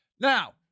Now